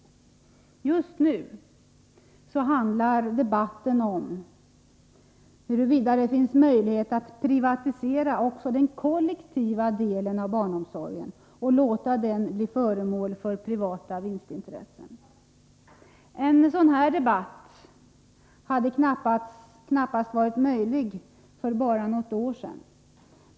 Just nu handlar debatten om huruvida det finns möjlighet att privatisera också den kollektiva delen av barnomsorgen och låta den bli föremål för privata vinstintressen. En sådan debatt hade knappast varit möjlig för bara något år sedan.